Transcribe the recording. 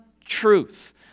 truth